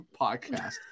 podcast